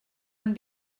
han